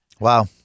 Wow